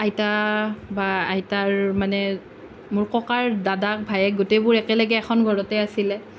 আইতা বা আইতাৰ মানে মোৰ ককাৰ দাদাক ভায়েক গোটেইবোৰ একেলগে এখন ঘৰতে আছিলে